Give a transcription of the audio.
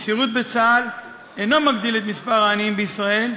השירות בצה"ל אינו מגדיל את מספר העניים בישראל,